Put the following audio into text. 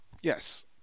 yes